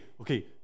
okay